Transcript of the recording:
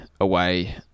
away